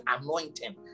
anointing